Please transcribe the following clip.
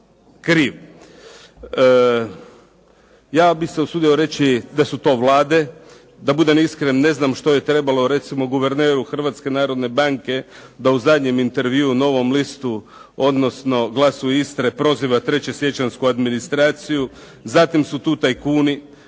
kriv. Ja bih se usudio reći da su to vlade. Da budem iskren ne znam što je trebalo recimo guverneru Hrvatske narodne banke da u zadnjem intervju "Novom listu" odnosno "Glasu Istre" proziva 3. siječanjsku administraciju. Zatim su tu tajkuni,